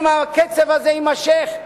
אם הקצב הזה יימשך,